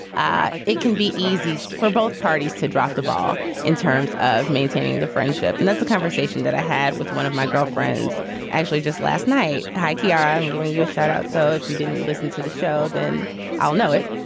ah it can be easy for both parties to drop the ball in terms of maintaining the friendship. and that's a conversation that i had with one of my girlfriends actually just last night. hi, chiara, i'm giving you a shout out. so if you didn't listen to the show, then i'll know it.